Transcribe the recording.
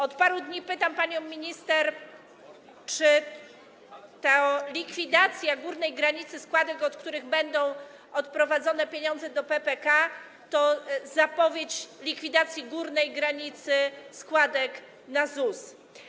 Od paru dni pytam panią minister, czy likwidacja górnej granicy składek, od których będą odprowadzane pieniądze do PPK, to zapowiedź likwidacji górnej granicy składek na ZUS.